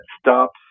stops